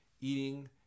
Eating